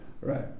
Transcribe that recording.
Right